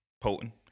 potent